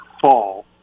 fall